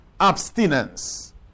Abstinence